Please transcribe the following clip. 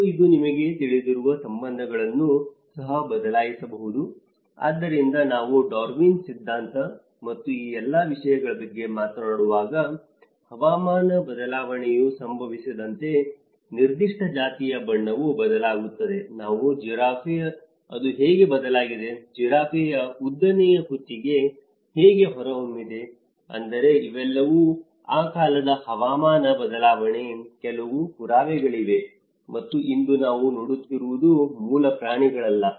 ಮತ್ತು ಇದು ನಿಮಗೆ ತಿಳಿದಿರುವ ಸಂಬಂಧಗಳನ್ನು ಸಹ ಬದಲಾಯಿಸಬಹುದು ಆದ್ದರಿಂದ ನಾವು ಡಾರ್ವಿನ್ ಸಿದ್ಧಾಂತ ಮತ್ತು ಈ ಎಲ್ಲಾ ವಿಷಯಗಳ ಬಗ್ಗೆ ಮಾತನಾಡುವಾಗ ಹವಾಮಾನ ಬದಲಾವಣೆಯು ಸಂಭವಿಸಿದಂತೆ ನಿರ್ದಿಷ್ಟ ಜಾತಿಯ ಬಣ್ಣವೂ ಬದಲಾಗುತ್ತದೆ ನಾವು ಜಿರಾಫೆ ಅದು ಹೇಗೆ ಬದಲಾಗಿದೆ ಜಿರಾಫೆಯ ಉದ್ದನೆಯ ಕುತ್ತಿಗೆ ಹೇಗೆ ಹೊರಹೊಮ್ಮಿದೆ ಅಂದರೆ ಇವೆಲ್ಲವೂ ಆ ಕಾಲದ ಹವಾಮಾನ ಬದಲಾವಣೆಯ ಕೆಲವು ಪುರಾವೆಗಳಾಗಿವೆ ಮತ್ತು ಇಂದು ನಾವು ನೋಡುತ್ತಿರುವುದು ಮೂಲ ಪ್ರಾಣಿಗಳಲ್ಲ